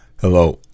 Hello